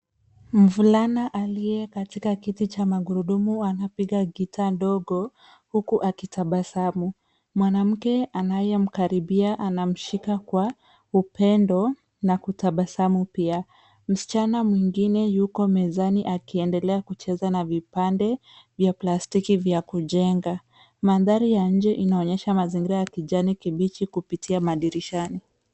Mvulana aliye katika kiti cha magurudumu anapiga guitar ndogo huku akitabasamu. Mwanamke anayemkaribia anamshika kwa upendo na kutabasamu pia. Msichana mwengine yuko mezani akiendelea kucheza na vipande vya plastiki vya kujenga. Mandhari ya nje inaonyesha mazingira ya kijani kibichi kupitia madirishani.